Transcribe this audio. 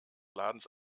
ladens